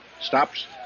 Stops